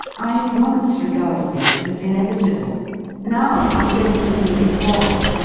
i had once regarded it as inevitable now i don't believe it was,